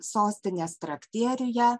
sostinės traktieriuje